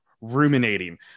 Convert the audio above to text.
ruminating